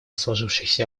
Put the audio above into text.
сложившихся